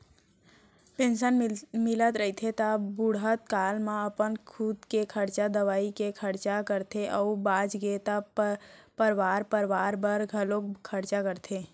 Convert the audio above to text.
pension मिलत रहिथे त बुड़हत काल म अपन खुदे के खरचा, दवई के खरचा करथे अउ बाचगे त परवार परवार बर घलोक खरचा करथे